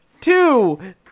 two